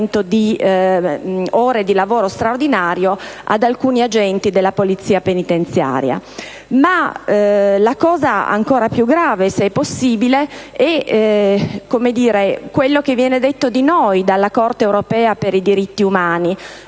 di ore di lavoro straordinario ad alcuni agenti della Polizia penitenziaria. Ma ancora più grave, se è possibile, è quanto viene detto di noi dalla Corte europea per i diritti umani.